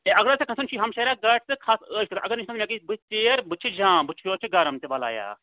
ہے اگر ژےٚ کھَسُن چھی ہَمشیرا گاڑِ تہٕ کھَس عٲش کٔرِتھ اگر نہٕ مےٚ گَژھِ بٕتھِ ژیر بٕتھِ چھِ جام بٕتھِ چھِ یور چھِ گَرَم تہِ بَلایا اَکھ